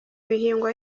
bihingwa